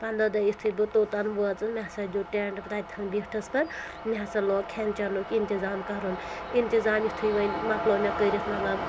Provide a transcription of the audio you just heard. پنٛدہ دۄہ یِتھُے بہٕ توٚتَن وٲژٕس مےٚ ہَسا دِیُت ٹیٚنٹ تتھین بیٖٹھٕس بہٕ مےٚ ہَسا لوٚگ کھٮ۪ن چٮ۪نُک اِنتظام کَرُن اِنتظام یِتھُے وۄنۍ مۄکلو مےٚ کٔرِتھ مطلب